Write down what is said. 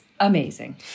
amazing